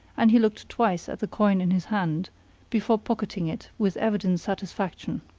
and he looked twice at the coin in his hand before pocketing it with evident satisfaction.